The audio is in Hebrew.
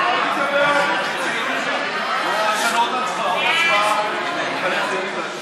ההצעה להעביר את הצעת חוק הצעת חוק-יסוד: